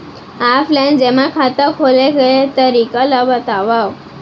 Offline जेमा खाता खोले के तरीका ल बतावव?